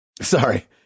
Sorry